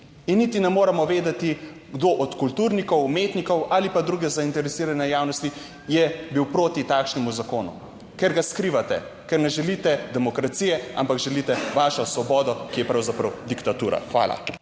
in niti ne moremo vedeti, kdo od kulturnikov, umetnikov ali pa druge zainteresirane javnosti je bil proti takšnemu zakonu, ker ga skrivate, ker ne želite demokracije, ampak želite vašo svobodo, ki je pravzaprav diktatura. Hvala.